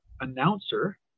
announcer